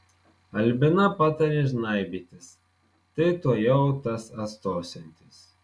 albina patarė žnaibytis tai tuojau tas atstosiantis